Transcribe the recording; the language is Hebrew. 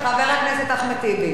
נו.